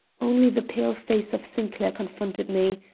only the pale face of sinclair confronted me.